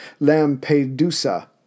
Lampedusa